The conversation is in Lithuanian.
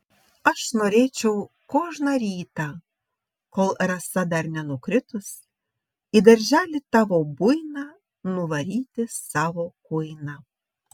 aš norėčiau kožną rytą kol rasa dar nenukritus į darželį tavo buiną nuvaryti savo kuiną